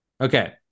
Okay